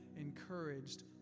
encouraged